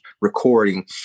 recording